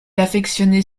affectionnait